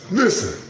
listen